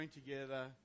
together